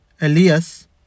Elias